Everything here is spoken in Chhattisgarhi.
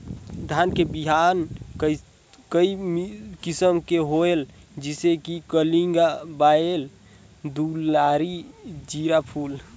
धान बिहान कई किसम के होयल जिसे कि कलिंगा, बाएल दुलारी, जीराफुल?